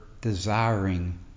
desiring